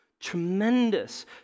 Tremendous